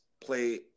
play